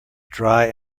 dry